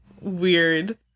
weird